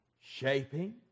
shaping